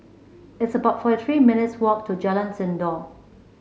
it's about forty three minutes' walk to Jalan Sindor